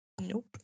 Nope